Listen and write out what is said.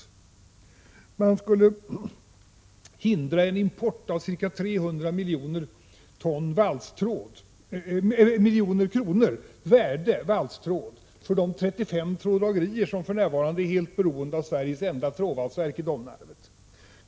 Vidare skulle man slippa en import till ca 300 milj.kr. värde när det gäller valstråd för de 35 tråddragerier som för närvarande är helt beroende av Sveriges enda trådvalsverk, som ligger i Domnarvet.